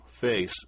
face